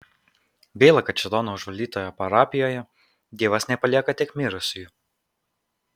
gaila kad šėtono užvaldytoje parapijoje dievas nepalieka tik mirusiųjų